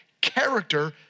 character